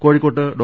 കോഴിക്കോട്ട് ഡോ